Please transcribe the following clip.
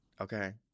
Okay